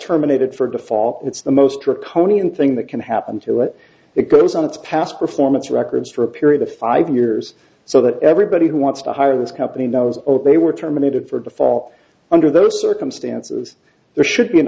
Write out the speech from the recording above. terminated for default it's the most draconian thing that can happen to it it goes on its past performance records for a period of five years so that everybody who wants to hire this company knows obey were terminated for the fall under those circumstances there should be an